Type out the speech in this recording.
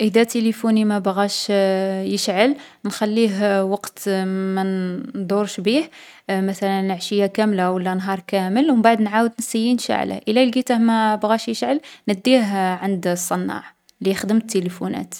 إذا تلفوني ما بغاش يشعل، نخليه وقت ما نـ ندورش بيه، مثلا عشية كاملة و لا نهار كامل و مبعد نعاود نسيي نشعله. إلا لقيته ما بغاش يشعل، نديه عند الصنّاع، لي يخدم التلفونات.